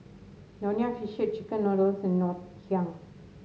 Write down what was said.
Nonya fish chicken noodles and Ngoh Hiang